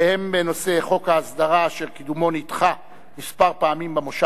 הן: חוק ההסדרה אשר קידומו נדחה כמה פעמים בכנס